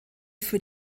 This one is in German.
für